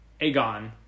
Aegon